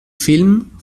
film